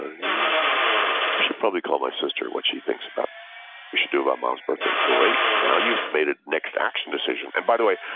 ah i should probably call my sister, what she thinks about we should do about mom's birthday. great now you've made a next action decision. and by the way,